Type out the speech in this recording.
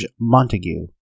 Montague